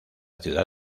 ciudad